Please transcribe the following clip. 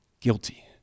guilty